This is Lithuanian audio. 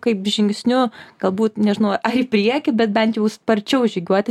kaip žingsniu galbūt nežinau ar į priekį bet bent jau sparčiau žygiuoti